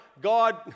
God